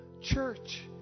church